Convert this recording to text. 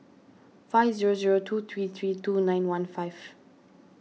five zero zero two three three two nine one five